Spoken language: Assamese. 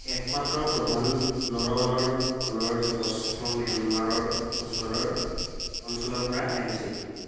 একমাত্ৰ প্ৰধান নৰবানৰ গণৰ জীৱাশ্ম ম্যানমাৰৰ ওচৰৰ অঞ্চলৰ পৰা আহিছে